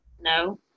No